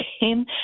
game